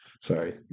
Sorry